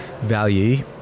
value